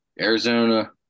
Arizona